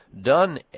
done